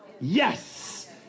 Yes